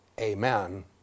Amen